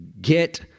get